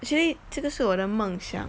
actually 这个是我的梦想